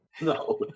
No